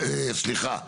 סליחה,